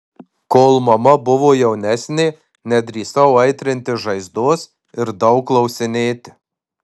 kol mama buvo jaunesnė nedrįsau aitrinti žaizdos ir daug klausinėti